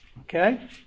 Okay